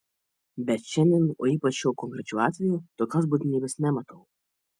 bet šiandien o ypač šiuo konkrečiu atveju tokios būtinybės nematau